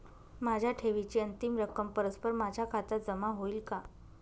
माझ्या ठेवीची अंतिम रक्कम परस्पर माझ्या खात्यात जमा होईल का?